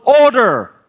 Order